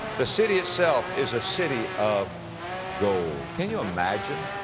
the city itself is a city of gold. can you imagine,